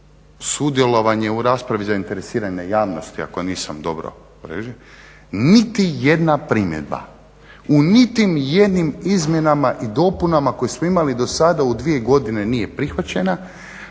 sudjelovanje u raspravi zainteresirane javnosti, ako nisam dobro, niti jedna primjedba u niti jednim izmjenama i dopunama koje smo imali do sada u dvije godine nije prihvaćena